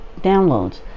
downloads